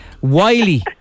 Wiley